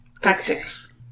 Tactics